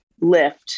lift